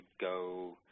go –